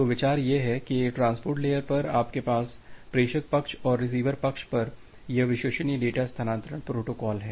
तो विचार यह है कि ट्रांसपोर्ट लेयर पर आपके पास प्रेषक पक्ष और रिसीवर पक्ष पर यह विश्वसनीय डेटा स्थानांतरण प्रोटोकॉल है